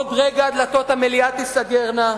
בעוד רגע דלתות המליאה תיסגרנה,